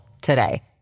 today